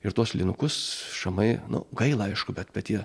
ir tuos lynukus šamai nu gaila aišku bet bet jie